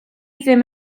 ddim